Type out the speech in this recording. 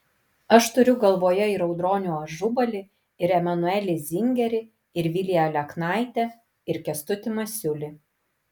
aš turiu galvoje ir audronių ažubalį ir emanuelį zingerį ir viliją aleknaitę ir kęstutį masiulį